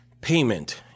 payment